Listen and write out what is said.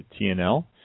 TNL